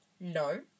No